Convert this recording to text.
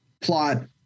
plot